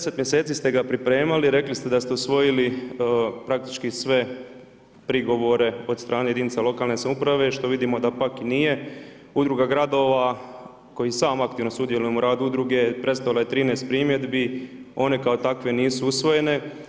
10 mjeseci ste ga pripremali, rekli ste da ste usvojili praktički sve prigovore od strane jedinica lokalne samouprave što vidimo da pak nije udruga gradova, kojim i sam aktivno sudjelujem u radu udruge, prestalo je 13 primjedbi, one kao takve nisu usvojene.